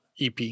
EP